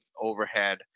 overhead